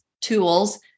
tools